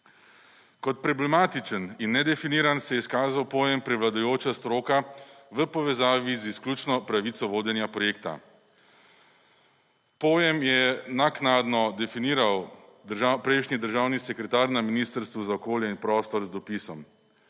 Kot problematičen in nedefiniran se je izkazal pojem prevladujoča stroka v povezavi z izključno pravico vodenja projekta. Pojem je naknadno definiral prejšnji državni sekretar na Ministrstvu za okolje in prostor z dopisom.